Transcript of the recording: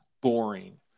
boring